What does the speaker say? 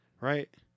Right